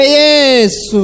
yes